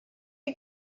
you